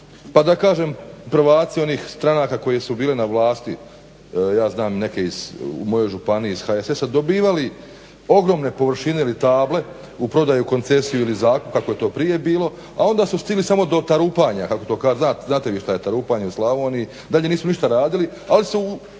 pa da kažem prvaci onih stranaka koje su bile na vlasti, ja znam neke u mojoj županiji iz HSS-a dobivali ogromne površine ili table u prodaju, koncesiju ili zakup kako je to prije bilo a onda su stigli samo do tarupanja kako to kažu, znate vi što je tarupanje u Slavoniji dalje nisu ništa radili ali su